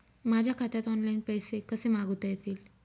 माझ्या खात्यात ऑनलाइन पैसे कसे मागवता येतील?